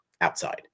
Outside